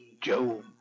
Joe